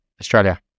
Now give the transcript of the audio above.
Australia